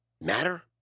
matter